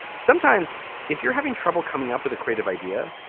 sometimes if you're having trouble coming up with a creative idea,